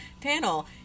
panel